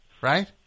right